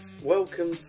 Welcome